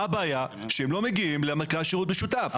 הבעיה היא שהם לא מגיעים למרכז שירות משותף.